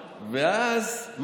ואז,